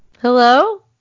Hello